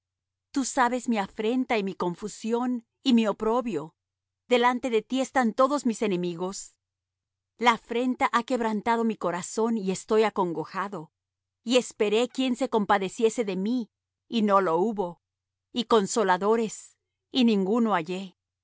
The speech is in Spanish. tú sabes mi afrenta y mi confusión y mi oprobio delante de ti están todos mis enemigos la afrenta ha quebrantado mi corazón y estoy acongojado y esperé quien se compadeciese de mí y no lo hubo y consoladores y ninguno